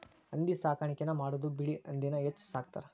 ಹಂದಿ ಸಾಕಾಣಿಕೆನ ಮಾಡುದು ಬಿಳಿ ಹಂದಿನ ಹೆಚ್ಚ ಸಾಕತಾರ